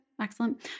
excellent